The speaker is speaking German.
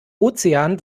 ozean